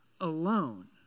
alone